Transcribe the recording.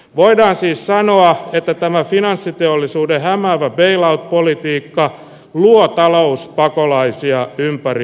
voidaan siis sanoa että tämäkin aseteollisuuden hämäävä peilaa politiikkaa vuokralaispakolaisia ympäri